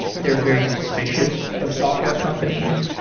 they're very suspicious of software companies.